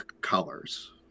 colors